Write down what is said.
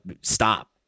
stop